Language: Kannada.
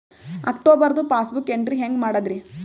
ಅಕ್ಟೋಬರ್ದು ಪಾಸ್ಬುಕ್ ಎಂಟ್ರಿ ಹೆಂಗ್ ಮಾಡದ್ರಿ?